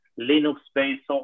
Linux-based